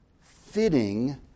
fitting